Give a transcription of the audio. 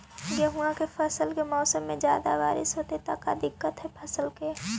गेहुआ के फसल के मौसम में ज्यादा बारिश होतई त का दिक्कत हैं फसल के?